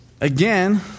Again